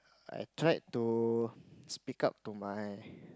I tried to speak up to my